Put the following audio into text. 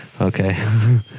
Okay